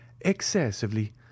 excessively